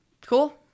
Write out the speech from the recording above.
Cool